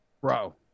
Bro